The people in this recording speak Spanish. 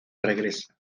regresa